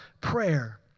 prayer